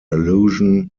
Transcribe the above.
allusion